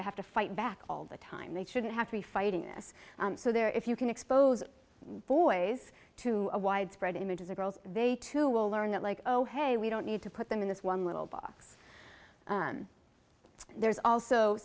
to have to fight back all the time they shouldn't have to be fighting this so they're if you can expose boys to a widespread images of girls they too will learn that like oh hey we don't need to put them in this one little box there's also